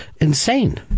insane